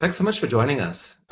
like so much for joining us.